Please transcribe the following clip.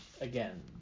again